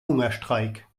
hungerstreik